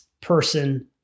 person